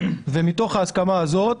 ומתוך ההסכמה הזאת